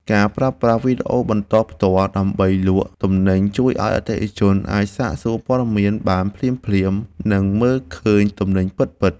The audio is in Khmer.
ការប្រើប្រាស់វីដេអូបន្តផ្ទាល់ដើម្បីលក់ទំនិញជួយឱ្យអតិថិជនអាចសាកសួរព័ត៌មានបានភ្លាមៗ និងមើលឃើញទំនិញពិត។